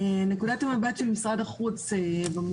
ולמפות את ההשפעות שלהם על מצב המערכות הטבעיות ועל